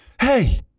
Hey